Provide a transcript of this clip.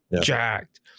jacked